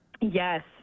Yes